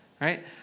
right